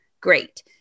great